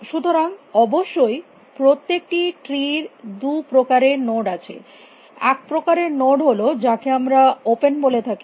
সুতরাং অবশ্যই প্রত্যেকটি ট্রি এর দু প্রকারের নোড আছে এক প্রকারের নোড হল যাকে আমরা ওপেন বলে থাকি